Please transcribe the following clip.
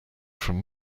from